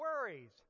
worries